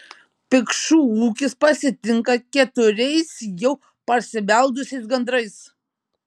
pikšų ūkis pasitinka keturiais jau parsibeldusiais gandrais